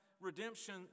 redemption